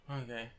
Okay